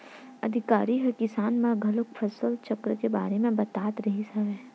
अधिकारी ह किसान मन ल घलोक फसल चक्र के बारे म बतात रिहिस हवय